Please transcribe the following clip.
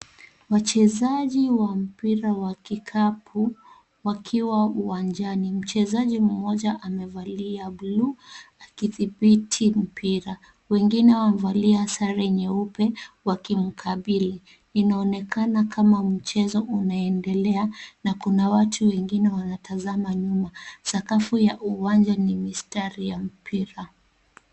Wachezaji wa mpira wa kikapu wakiwa uwanjani . Mchezaji mmoja amevalia buluu akidhibithi mpira. Wengine wamevalia sare nyeupe wakimkabili, inaonekana kama mchezo unaendelea na kuna watu wengine wanatazama nyuma. Sakafu ya uwanja ni mistari ya mpira.